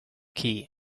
key